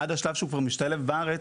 עד השלב שהוא כבר משתלב בארץ,